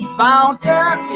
fountain